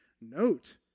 note